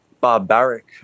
barbaric